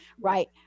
right